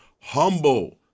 humble